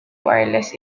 wireless